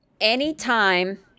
anytime